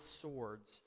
swords